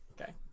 Okay